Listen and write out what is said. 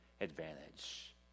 advantage